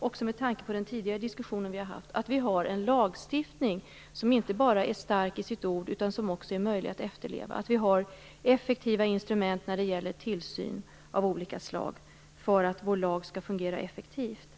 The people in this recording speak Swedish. också med tanke på den tidigare diskussion som vi har haft, har en lagstiftning som inte bara är stark till orden utan också är möjlig att efterleva. Vi måste ha effektiva instrument för tillsyn av olika slag för att vår lag skall fungera effektivt.